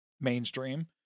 mainstream